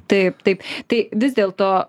taip taip tai vis dėlto